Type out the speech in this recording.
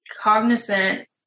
cognizant